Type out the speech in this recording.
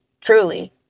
Truly